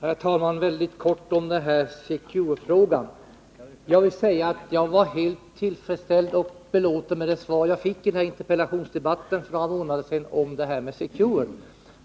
Herr talman! Mycket kort om Secure-frågan. Jag var helt tillfredsställd och belåten med det svar jag fick i interpellationsdebatten om Secure för några månader sedan.